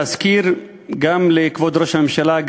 להזכיר גם לכבוד ראש הממשלה,